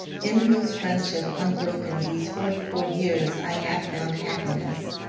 in whose friendship unbroken these forty-four years i have found happiness,